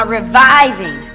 reviving